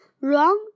run